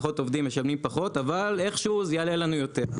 פחות עובדים משלמים פחות אבל זה עדיין יעלה לנו יותר,